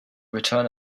return